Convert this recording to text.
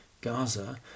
Gaza